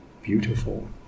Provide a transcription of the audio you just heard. beautiful